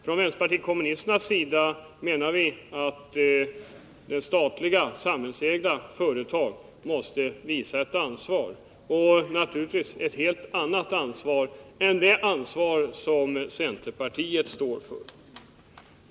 Från vänsterpartiet kommunisternas sida menar vi att samhällsägda företag måste visa ett helt annat ansvar än det som centerpartiet förordar.